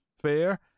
fair